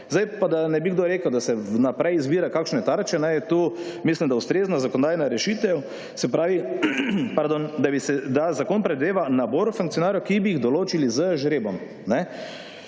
Zdaj, pa da ne bi kdo rekel, da se vnaprej izbira kakšne tarče, je tu mislim da ustrezna zakonodajna rešitev. Se pravi, pardon, da zakon predvideva nabor funkcionarjev, ki bi jih določili z žrebom.